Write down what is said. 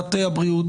בוועדת הבריאות.